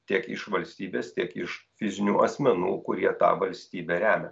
tiek iš valstybės tiek iš fizinių asmenų kurie tą valstybę remia